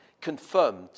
confirmed